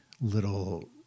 little